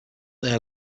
their